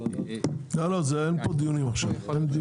אין פה דיונים עכשיו.